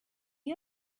you